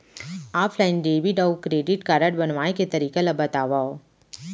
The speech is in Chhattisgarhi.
ऑफलाइन डेबिट अऊ क्रेडिट कारड बनवाए के तरीका ल बतावव?